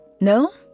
No